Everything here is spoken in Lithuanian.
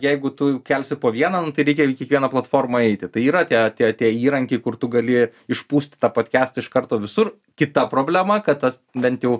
jeigu tu kelsi po vieną nu tai reikia į kiekvieną platformą eiti tai yra tie tie tie įrankiai kur tu gali išpūsti tą podkestą iš karto visur kita problema kad tas bent jau